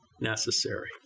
necessary